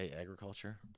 agriculture